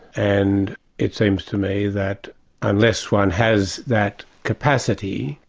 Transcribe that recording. and it seems to me that unless one has that capacity,